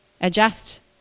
Adjust